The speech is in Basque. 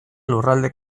lurralde